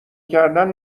کردن